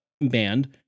band